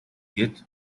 гээд